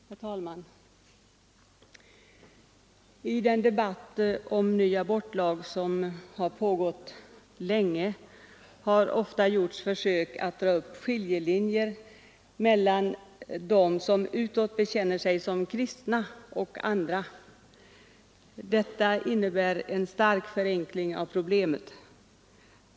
Herr talman! I den debatt om en ny abortlag som sedan länge pågått har ofta gjorts försök att dra upp skiljelinjer mellan dem som utåt bekänner sig som kristna och andra. Detta innebär en stark förenkling av problemet.